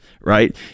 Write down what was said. right